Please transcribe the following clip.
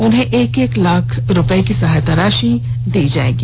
उन्हें एक एक लाख रुपया की सहायता राशि भी दी जाएगी